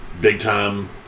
big-time